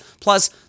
Plus